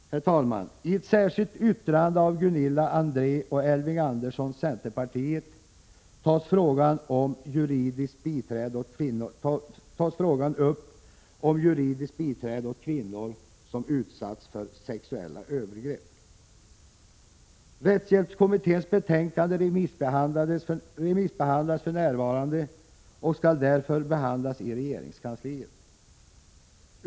Herr talman! I ett särskilt yttrande av Gunilla André och Elving Andersson från centerpartiet tas frågan upp om juridiskt biträde åt kvinnor som utsatts för sexuella övergrepp. Rättshjälpskommitténs betänkande remissbehandlas för närvarande och skall därefter behandlas i regeringskansliet.